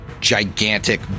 gigantic